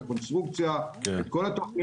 את הקונסטרוקציה ולכן,